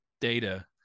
data